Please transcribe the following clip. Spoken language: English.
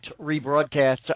rebroadcast